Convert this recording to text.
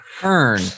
Turn